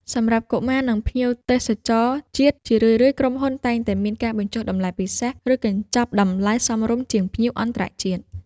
សម្រាប់កុមារ និងភ្ញៀវទេសចរជាតិ ជារឿយៗក្រុមហ៊ុនតែងតែមានការបញ្ចុះតម្លៃពិសេស ឬកញ្ចប់តម្លៃសមរម្យជាងភ្ញៀវអន្តរជាតិ។